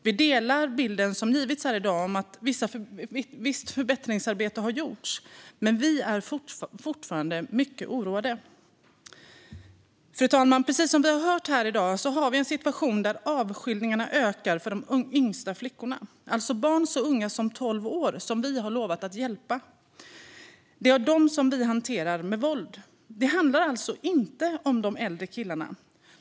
Vi delar den bild som har getts här i dag om att visst förbättringsarbete har gjorts. Men vi är fortfarande mycket oroade. Fru talman! Precis som vi har hört här i dag har vi en situation där avskiljningarna ökar för de yngsta flickorna, alltså barn så unga som tolv år som vi har lovat att hjälpa. Det är dem som vi hanterar med våld. Det handlar alltså inte om de äldre killarna.